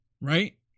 Right